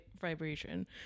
vibration